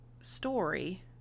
story